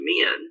men